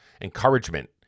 encouragement